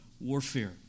warfare